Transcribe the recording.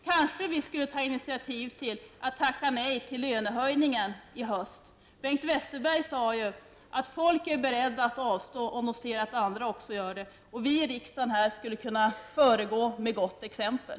Kanske vi skulle ta initiativ till att tacka nej till lönehöjningar i höst. Bengt Westerberg sade att folk är beredda att avstå från lönehöjningar om de ser att också andra gör det. Vi här i riksdagen skulle kunna föregå med gott exempel.